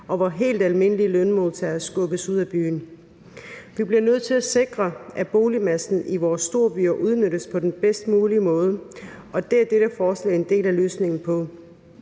og hvor helt almindelige lønmodtagere skubbes ud af byen. Vi bliver nødt til at sikre, at boligmassen i vores storbyer udnyttes på den bedst mulige måde, og det er dette forslag en del af løsningen på.